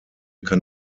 kann